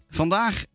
Vandaag